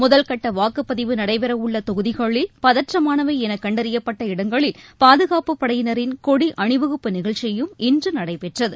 முதல்கட்டவாக்குப்பதிவு நடைபெறவுள்ளதொகுதிகளில் பதற்றமானவைஎனகண்டறியப்பட்ட இடங்களில் பாதுகாப்புப் படையினரின் கொடிஅணிவகுப்பு நிகழ்ச்சியும் இன்றுநடைபெற்றது